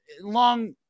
long